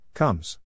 Comes